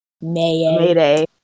Mayday